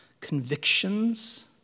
convictions